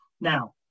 Now